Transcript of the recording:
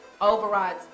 overrides